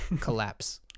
collapse